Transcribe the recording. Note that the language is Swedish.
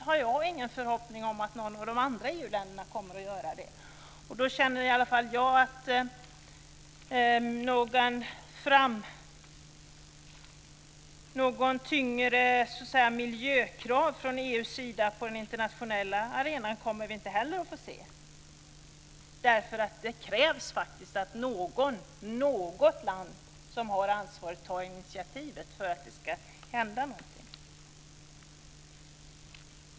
Jag har ingen förhoppning om att något av de andra EU-länderna kommer att göra det, och jag känner att något tyngre miljökrav från EU på den internationella arenan kommer vi inte heller att få se. Det krävs faktiskt att något land som har ansvar tar initiativet för att det ska hända någonting.